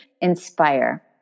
inspire